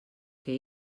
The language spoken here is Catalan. que